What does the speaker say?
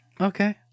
Okay